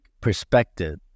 perspective